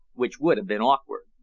which would have been awkward?